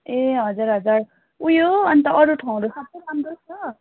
ए हजुर हजुर उयो अन्त अरू ठाउँहरू सबै राम्रै छ